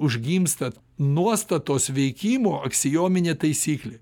užgimsta nuostatos veikimo aksiominė taisyklė